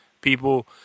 People